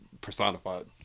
Personified